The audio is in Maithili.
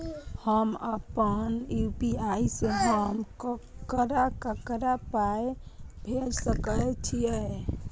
हम आपन यू.पी.आई से हम ककरा ककरा पाय भेज सकै छीयै?